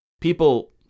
People